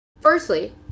Firstly